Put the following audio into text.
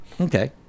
Okay